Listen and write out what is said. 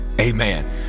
amen